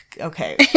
okay